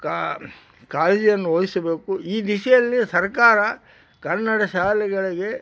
ಕಾ ಕಾಳಜಿಯನ್ನು ವಹಿಸಬೇಕು ಈ ದಿಶೆಯಲ್ಲಿ ಸರಕಾರ ಕನ್ನಡ ಶಾಲೆಗಳಿಗೆ